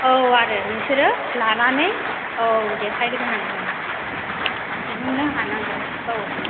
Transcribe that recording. औ आरो नोंसोरो लानानै औ देखायग्रोनांगोन दिहुननो हानांगोन औ